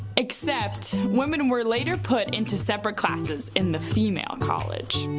except women were later put into separate classes in the female college.